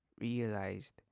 realized